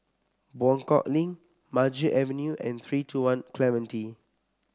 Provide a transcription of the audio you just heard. Buangkok Link Maju Avenue and three two One Clementi